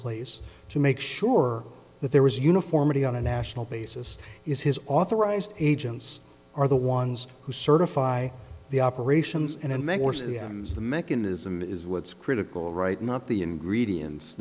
place to make sure that there was uniformity on a national basis is his authorized agents are the ones who certify the operations and make the mechanism is what's critical right not the ingredients